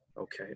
Okay